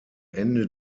ende